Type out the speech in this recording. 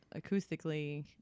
acoustically